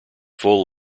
full